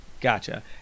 Gotcha